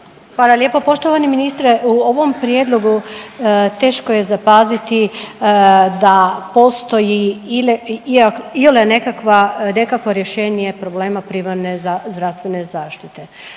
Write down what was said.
Hvala lijepo. Poštovani ministre u ovom prijedlogu teško je zapaziti da postoji iole nekakvo rješenje problema primarne zdravstvene zaštite.